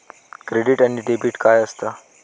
Credit आणि debit काय असता?